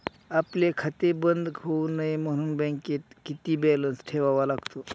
आपले खाते बंद होऊ नये म्हणून बँकेत किती बॅलन्स ठेवावा लागतो?